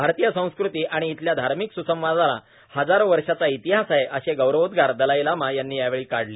आरतीय संस्कृती आणि इथल्या धार्मिक सुसंवादाला हजारो वर्षांचा इतिहास आहे असे गौरवोद्गार दलाई लामा यांनी यावेळी काढले